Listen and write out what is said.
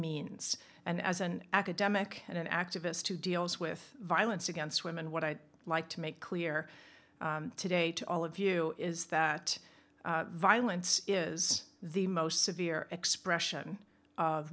means and as an academic and an activist who deals with violence against women what i'd like to make clear today to all of you is that violence is the most severe expression of